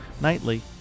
nightly